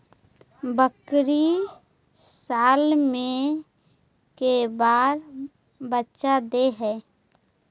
बकरी साल मे के बार बच्चा दे है?